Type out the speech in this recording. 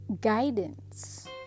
guidance